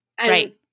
right